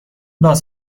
باز